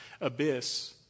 abyss